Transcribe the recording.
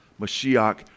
Mashiach